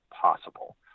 possible